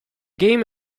game